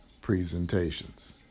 presentations